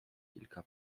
kilka